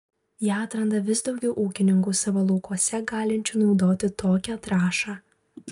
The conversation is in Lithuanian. ją atranda vis daugiau ūkininkų savo laukuose galinčių naudoti tokią trąšą